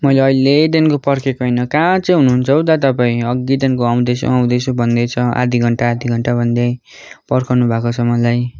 मैले अहिलेदेखिको पर्खेको होइन कहाँ चाहिँ हुनुहुन्छ हौ दा तपाईँ अघिदेखिको आउँदैछु आउँदैछु भन्दैछ आधा घन्टा आधा घन्टा भन्दै पर्खाउनुभएको छ मलाई